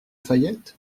fayette